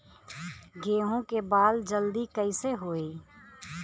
गेहूँ के बाल जल्दी कईसे होई?